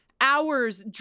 hours